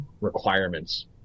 requirements